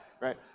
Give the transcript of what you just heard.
right